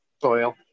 soil